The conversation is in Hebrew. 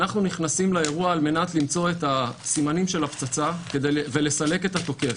אנחנו נכנסים לאירוע על מנת למצוא את הסימנים של הפצצה ולסלק את התוקף.